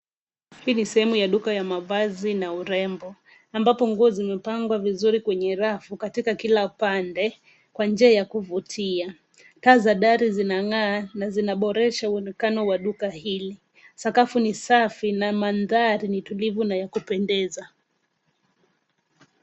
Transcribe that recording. Hii ni sehemu ya duka ya mavazi na urembo ambapo nguo zimepangwa vizuri kwenye rafu katika kila pande kwa njia ya kuvutia. Taa za dari zinang'aa na zinaboresha uonekano wa duka hili. Sakafu ni safi na mandhari ni tulivu na ya kupendeza.